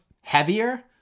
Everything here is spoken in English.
heavier